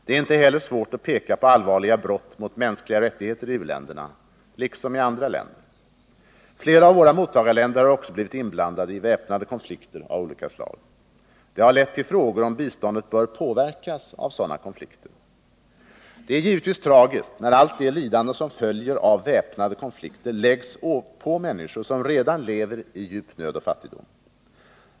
Det är inte heller svårt att peka på allvarliga brott mot mänskliga rättigheter i u-länderna, liksom i andra länder. Flera av våra mottagarländer har också blivit inblandade i väpnade konflikter av olika slag. Det har lett till frågor om biståndet bör påverkas av sådana konflikter. Det är givetvis tragiskt när allt det lidande som följer av väpnade konflikter läggs på människor som redan lever i djup nöd och fattigdom.